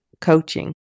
coaching